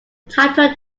title